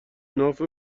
ناف